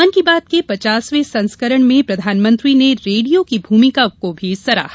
मन की बात के पचासवें संस्करण में प्रधानमंत्री ने रेडियो की भूमिका को भी सराहा